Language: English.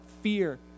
fear